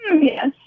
Yes